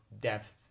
depth